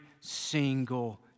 single